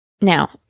now